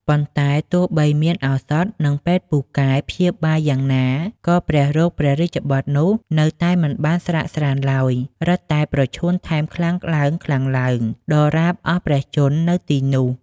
ប៉ុន្តែទោះបីមានឱសថ និងពេទ្យពូកែព្យាបាលយ៉ាងណាក៏ព្រះរោគព្រះរាជបុត្រនោះ នៅតែមិនបានស្រាកស្រាន្តឡើយ រឹតតែប្រឈួនថែមខ្លាំងឡើងៗ ដរាបដល់អស់ព្រះជន្មនៅទីនោះ ។